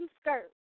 skirt